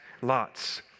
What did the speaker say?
lots